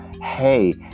Hey